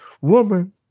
woman